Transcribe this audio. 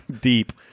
Deep